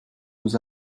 aux